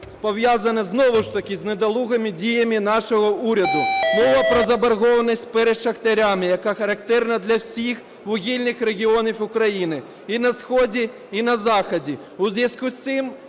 пов'язане знову ж таки з недолугими діями нашого уряду. Мова про заборгованість перед шахтарями, яка характерна для всіх вугільних регіонів України і на Сході і на Заході. У зв'язку з цим